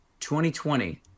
2020